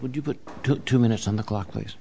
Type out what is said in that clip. would you put two minutes on the clock pl